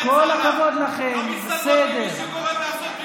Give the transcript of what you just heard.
לא מצטלמות עם מי שקורא לעשות פיגועים.